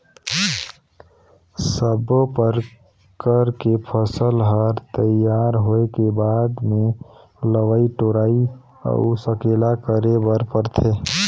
सब्बो परकर के फसल हर तइयार होए के बाद मे लवई टोराई अउ सकेला करे बर परथे